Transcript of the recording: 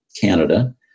Canada